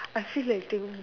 I feel like eating